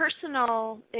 personal